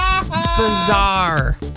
Bizarre